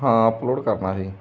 ਹਾਂ ਅਪਲੋਡ ਕਰਨਾ ਸੀ